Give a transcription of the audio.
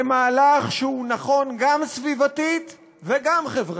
זה מהלך שהוא נכון גם סביבתית וגם חברתית.